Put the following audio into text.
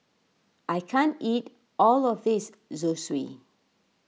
I can't eat all of this Zosui